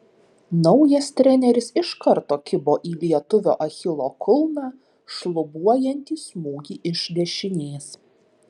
naujas treneris iš karto kibo į lietuvio achilo kulną šlubuojantį smūgį iš dešinės